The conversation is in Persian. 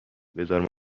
بزار